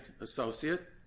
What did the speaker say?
associate